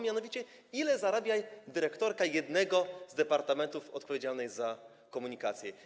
Mianowicie chodzi o to, ile zarabia dyrektorka jednego z departamentów odpowiedzialnych za komunikację.